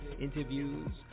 interviews